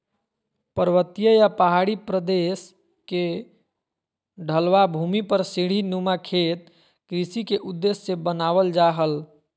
पर्वतीय या पहाड़ी प्रदेश के ढलवां भूमि पर सीढ़ी नुमा खेत कृषि के उद्देश्य से बनावल जा हल